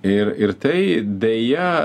ir ir tai deja